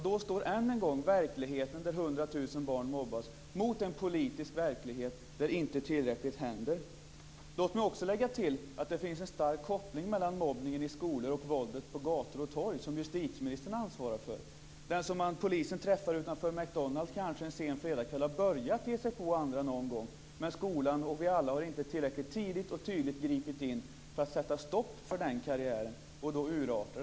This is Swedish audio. Då står än en gång verkligheten, där 100 000 barn mobbas, mot en politisk verklighet där inte tillräckligt händer. Låt mig också lägga till att det finns en stark koppling mellan mobbningen i skolor och våldet på gator och torg, som justitieministerna ansvarar för. Kanske har den som polisen träffar utanför McDonalds en sen fredagkväll börjat ge sig på andra redan någon gång tidigare i skolan. Skolan och vi alla har inte tillräckligt tidigt och tydligt gripit in för att sätta stopp för en sådan karriär, som då kan urarta.